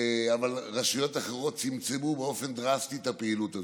אבל רשויות אחרות צמצמו באופן דרסטי את הפעילות הזאת.